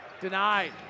Denied